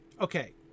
okay